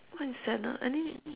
what is that ah I think